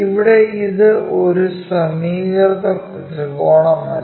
ഇവിടെ ഇത് ഒരു സമീകൃത ത്രികോണമല്ല